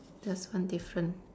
that's one difference